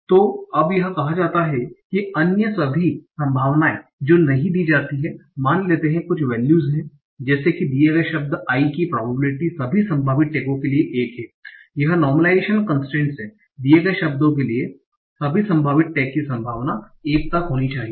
तो अब यह कहा जाता है कि अन्य सभी संभावनाएं जो नहीं दी जाती हैं मान लेते कुछ वैल्यूस हैं जैसे कि दिये गए शब्द I आइ की प्रोबेबिलिटी सभी संभावित टैगों के लिए एक है यह नार्मलाइजेशन कंसट्रेंस है दिए गए शब्दों के लिए सभी संभावित टैग की संभावना 1 तक होनी चाहिए